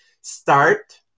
start